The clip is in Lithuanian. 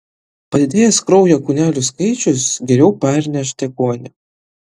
padidėjęs kraujo kūnelių skaičius geriau perneš deguonį